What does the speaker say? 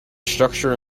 structure